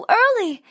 early